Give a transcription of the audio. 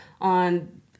on